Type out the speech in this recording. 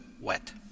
Wet